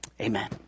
amen